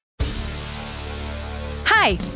Hi